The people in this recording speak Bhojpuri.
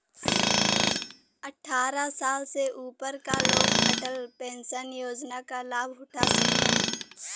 अट्ठारह साल से ऊपर क लोग अटल पेंशन योजना क लाभ उठा सकलन